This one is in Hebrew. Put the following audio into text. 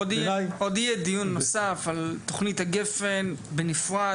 עוד יהיה דיון נוסף על תוכנית גפ"ן בנפרד,